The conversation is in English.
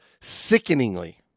sickeningly